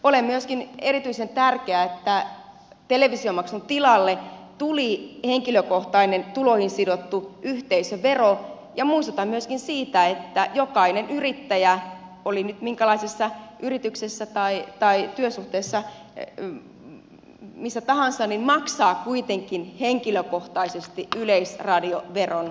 on myöskin erityisen tärkeää että televisiomaksun tilalle tuli henkilökohtainen tuloihin sidottu yhteisövero ja muistutan myöskin siitä että jokainen yrittäjä oli nyt minkälaisessa yrityksessä tai työsuhteessa tahansa maksaa kuitenkin henkilökohtaisesti yleisradioveron tuloihin sidottuna